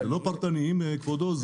זה לא פרטניים, כבודו.